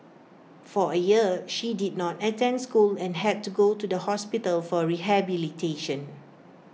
for A year she did not attend school and had to go to the hospital for rehabilitation